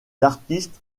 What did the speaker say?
artistes